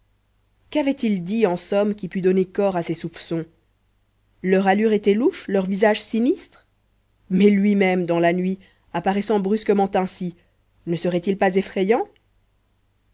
quavaient ils dit en somme qui pût donner corps à ses soupçons leur allure était louche leurs visages sinistres mais lui-même dans la nuit apparaissant brusquement ainsi ne serait-il pas effrayant